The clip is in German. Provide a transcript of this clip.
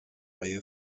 reihe